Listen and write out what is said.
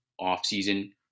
offseason